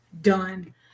done